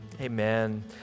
Amen